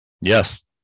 Yes